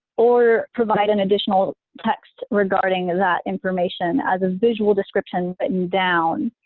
or provide an additional text regarding that information as a visual description written down.